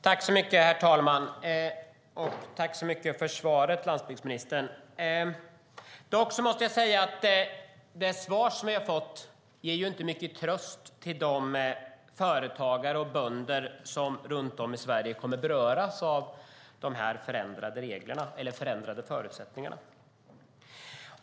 Herr talman! Tack så mycket för svaret, landsbygdsministern! Dock måste jag säga att de svar som vi har fått inte ger mycket tröst till de företagare och bönder runt om i Sverige som kommer att beröras av de förändrade reglerna och förutsättningarna.